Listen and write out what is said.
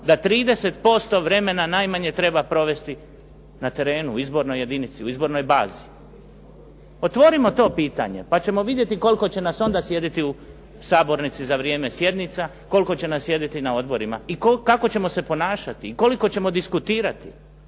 da 30% vremena najmanje treba provesti na terenu u izbornoj jedinici, u izbornoj bazi. Otvorimo to pitanje pa ćemo vidjeti koliko će nas onda sjediti u sabornici za vrijeme sjednica, koliko će nas sjediti na odborima i kako ćemo se ponašati i koliko ćemo diskutirati?